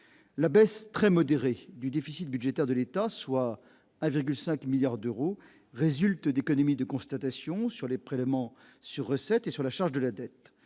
la baisse très modérée du déficit budgétaire de l'État, soit avec 5 milliards d'euros résulte d'économies de constatation sur les prélèvements sur recettes et sur la charge de la dette,